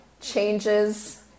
changes